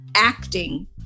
acting